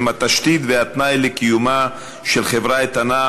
הן התשתית והתנאי לקיומה של חברה איתנה,